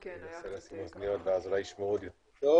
אני מסכים עם הרבה מן הדברים שנאמרו לפניי